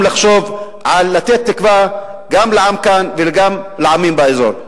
לחשוב על לתת תקווה גם לעם כאן וגם לעמים באזור.